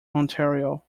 ontario